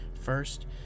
First